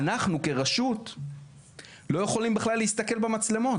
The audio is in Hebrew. אנחנו כרשות לא יכולים בכלל להסתכל במצלמות.